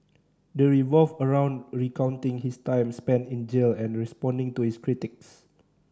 they revolve around recounting his time spent in jail and responding to his critics